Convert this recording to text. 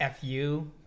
FU